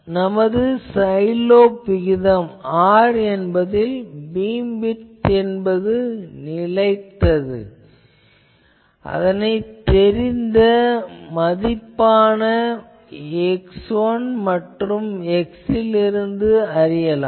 நமது side lobe விகிதம் R என்பதில் பீம்விட்த் என்பது நிலைத்தது அதனைத் தெரிந்த மதிப்பான x1 மற்றும் x லிருந்து அறியலாம்